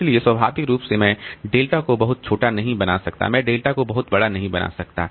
इसलिए स्वाभाविक रूप से मैं डेल्टा को बहुत छोटा नहीं बना सकता मैं डेल्टा को बहुत बड़ा नहीं बना सकता